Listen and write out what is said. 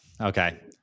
okay